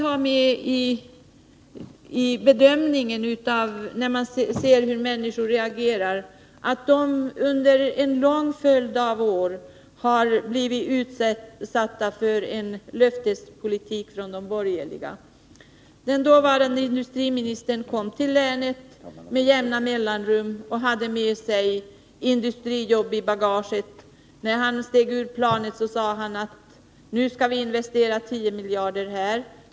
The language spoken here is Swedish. Vid bedömningen av hur människor reagerar måste man ta hänsyn till att de under en lång följd av år har blivit utsatta för en löftespolitik från de borgerliga. Den dåvarande industriministern kom med jämna mellanrum till länet, och i bagaget hade han med sig industrijobb. När han steg ur planet sade han: Nu skall vi investera 10 miljarder här.